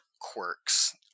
quirks